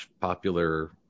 popular